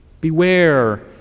Beware